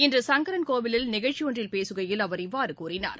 இன்று சங்கரன்கோவிலில் நிகழ்ச்சி ஒன்றில் பேசுகையில் அவர் இவ்வாறு கூறினார்